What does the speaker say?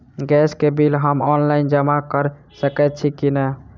Gas केँ bill हम online जमा कऽ सकैत छी की नै?